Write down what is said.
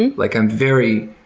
and like i'm very,